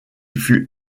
fut